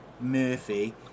Murphy